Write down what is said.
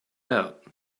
out